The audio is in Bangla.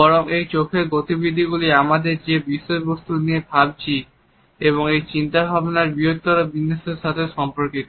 বরং এই চোখের গতিবিধি গুলি আমরা যে বিষয়বস্তু নিয়ে ভাবছি এবং এই চিন্তা ভাবনার বৃহত্তর বিন্যাসের সাথে সম্পর্কিত